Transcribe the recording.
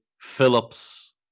Phillips